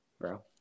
bro